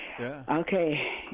okay